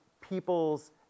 peoples